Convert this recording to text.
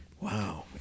Wow